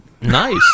Nice